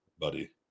buddy